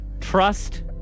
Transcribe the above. Trust